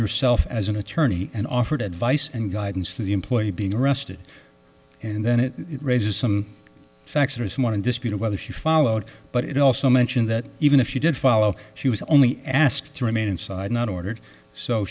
yourself as an attorney and offered advice and guidance to the employee being arrested and then it raises some facts or someone in dispute or whether she followed but it also mentioned that even if she did follow she was only asked to i mean inside not ordered so